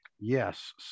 Yes